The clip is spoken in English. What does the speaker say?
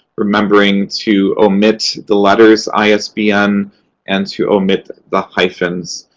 remembering to omit the letters isbn and to omit the hyphens.